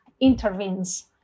intervenes